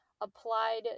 applied